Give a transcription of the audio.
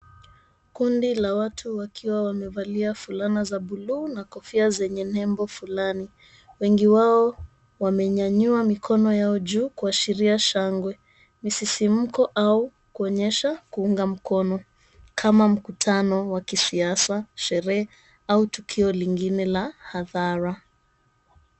Kundi la watu wakiwa wamevalia fulana za bluu na kofia zenye nembo fulani wengi wao wamenyanua mikono yao juu kuashiria shangwe, misisimuko au kuonyesha kuunga mkono kama mkutano wa kisasa, sherehe au tuko lingine la hadhara.